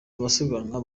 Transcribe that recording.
abasiganwa